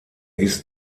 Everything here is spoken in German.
ist